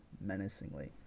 menacingly